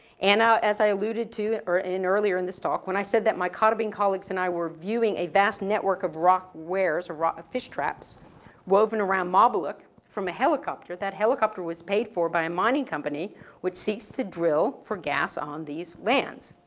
and now, as i alluded to, in earlier in this talk, when i said that my carving colleagues and i were viewing a vast network of rock wares or ah fish traps woven around mobilook from a helicopter, that helicopter was paid for by a mining company which seeks to drill for gas on these lands.